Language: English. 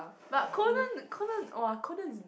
but Conan Conan [wah] Conan is